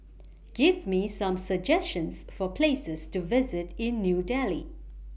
Give Me Some suggestions For Places to visit in New Delhi